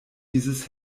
dieses